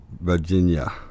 Virginia